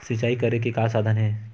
सिंचाई करे के का साधन हे?